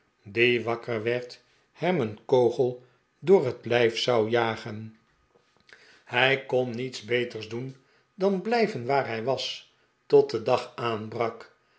die wakker werd hem een kogel door het lijf zou jagen hij kon niets beters doen dan blijven waar hij was tot de dag aanbrak